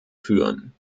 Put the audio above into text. führen